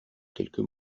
quelques